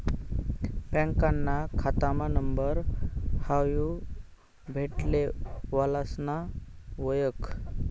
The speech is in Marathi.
बँकाना खातामा नंबर हावू भेटले वालासना वयख